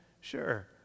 Sure